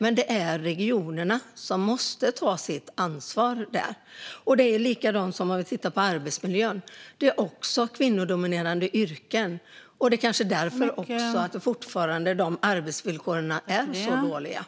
Men det är regionerna som måste ta sitt ansvar. Det är likadant med arbetsmiljön. Där är det också fråga om kvinnodominerade yrken, och det är nog därför som arbetsvillkoren fortfarande är så dåliga. Det är inte okej.